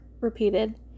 repeated